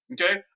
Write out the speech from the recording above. Okay